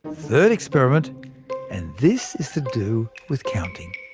third experiment and this is to do with counting.